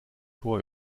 tor